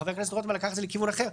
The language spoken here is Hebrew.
חבר הכנסת רוטמן לקח את זה לכיוון אחר.